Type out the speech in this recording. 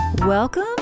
Welcome